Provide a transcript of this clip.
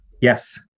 Yes